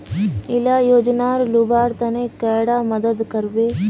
इला योजनार लुबार तने कैडा मदद करबे?